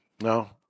No